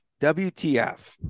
WTF